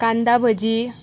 कांदा भजी